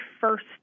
first